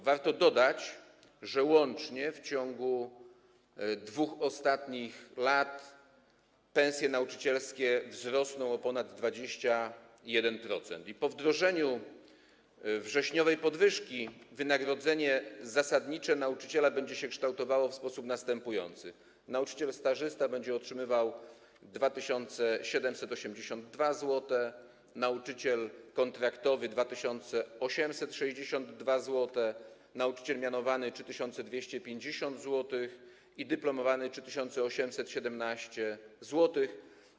Warto dodać, że łącznie w ciągu 2 ostatnich lat pensje nauczycielskie wzrosną o ponad 21% i po wdrożeniu wrześniowej podwyżki wynagrodzenie zasadnicze nauczyciela będzie kształtowało się w sposób następujący: nauczyciel stażysta będzie otrzymywał 2782 zł, nauczyciel kontraktowy - 2862 zł, nauczyciel mianowany - 3250 zł i nauczyciel dyplomowany - 3817 zł.